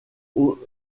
aux